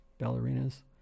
ballerinas